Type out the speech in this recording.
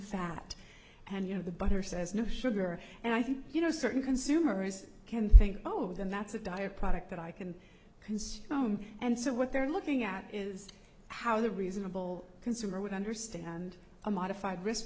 fat and you know the butter says no sugar and i think you know certain consumers can think over them that's a dire product that i can consume and so what they're looking at is how the reasonable consumer would understand a modified risk